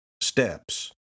steps